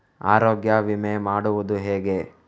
ಆರೋಗ್ಯ ವಿಮೆ ಮಾಡುವುದು ಹೇಗೆ?